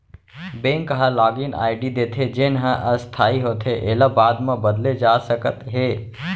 bank ह login ID देथे जेन ह अस्थाई होथे एला बाद म बदले जा सकत हे